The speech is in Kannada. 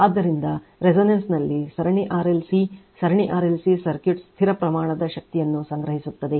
ಆದ್ದರಿಂದ resonance ನಲ್ಲಿ ಸರಣಿ RLC ಸರಣಿ RLC ಸರ್ಕ್ಯೂಟ್ ಸ್ಥಿರ ಪ್ರಮಾಣದ ಶಕ್ತಿಯನ್ನು ಸಂಗ್ರಹಿಸುತ್ತದೆ